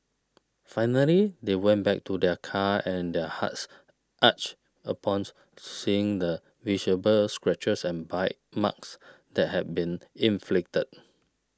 finally they went back to their car and their hearts ached upon seeing the visible scratches and bite marks that had been inflicted